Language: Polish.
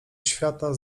świata